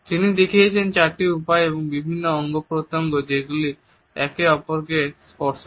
তিনি দেখিয়েছেন চারটি উপায় এবং বিভিন্ন অঙ্গ প্রত্যঙ্গ যেগুলি একে অপরকে স্পর্শ করে